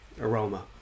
aroma